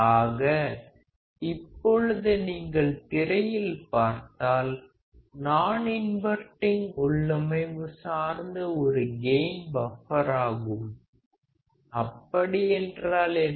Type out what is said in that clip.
ஆக இப்பொழுது நீங்கள் திரையில் பார்த்தால் நான் இன்வர்டிங் உள்ளமைவு சார்ந்த ஒரு கெயின் பஃப்பராகும் அப்படி என்றால் என்ன